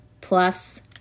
plus